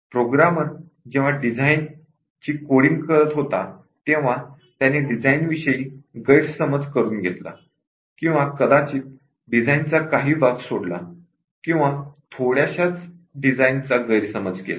programmer जेव्हा design ची coding करीत होता तेव्हा त्याने डिझाइनविषयी गैरसमज करून घेतला किंवा कदाचित डिझाइनचा काही भाग सोडला किंवा थोड्याशा डिझाइनचा गैरसमज केला